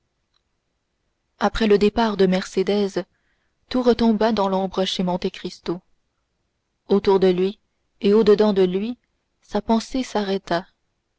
après le départ de mercédès tout retomba dans l'ombre chez monte cristo autour de lui et au-dedans de lui sa pensée s'arrêta